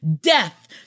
Death